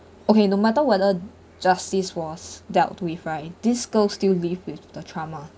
okay no matter whether justice was dealt with right this girls still live with the trauma